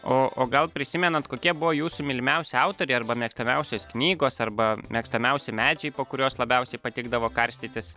o o gal prisimenat kokie buvo jūsų mylimiausi autoriai arba mėgstamiausios knygos arba mėgstamiausi medžiai po kuriuos labiausiai patikdavo karstytis